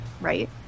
right